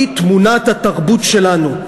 היא תמונת התרבות שלנו,